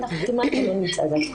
אנחנו כמעט ולא נתקדם.